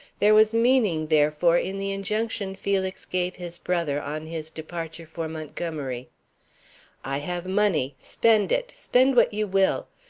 there was meaning, therefore, in the injunction felix gave his brother on his departure for montgomery i have money spend it spend what you will,